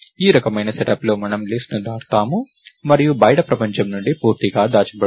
ఈ రకమైన సెటప్లో మనం లిస్ట్ ను దాటుతాము మరియు బయటి ప్రపంచం నుండి పూర్తిగా దాచబడుతుంది